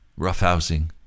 roughhousing